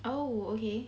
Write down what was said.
oh okay